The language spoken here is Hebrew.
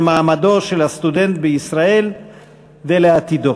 למעמדו של הסטודנט בישראל ולעתידו.